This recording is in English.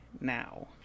now